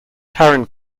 karen